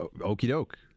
Okey-doke